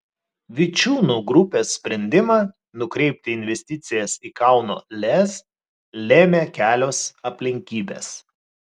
vičiūnų grupės sprendimą nukreipti investicijas į kauno lez lėmė kelios aplinkybės